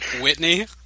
Whitney